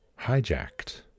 hijacked